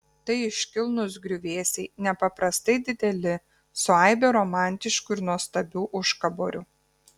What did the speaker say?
tai iškilnūs griuvėsiai nepaprastai dideli su aibe romantiškų ir nuostabių užkaborių